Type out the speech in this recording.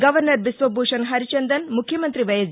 governor Biswabhusan Harichandan ముఖ్యమంత్రి YS